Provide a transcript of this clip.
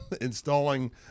installing